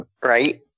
Right